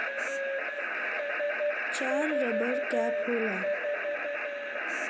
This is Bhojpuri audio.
चार रबर कैप होला